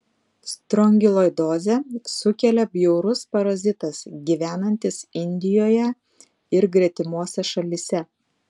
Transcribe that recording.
strongiloidozę sukelia bjaurus parazitas gyvenantis indijoje ir gretimose šalyse